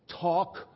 Talk